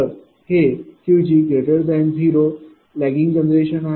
तर हे Qg0लैगिंग जनरेशन आहे